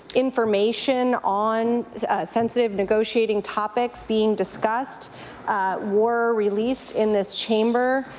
information on sensitive negotiating topics being discussed were released in this chamber,